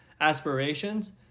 aspirations